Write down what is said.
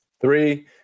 Three